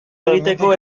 egiteko